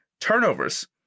turnovers